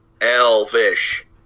Elvish